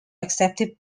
accepted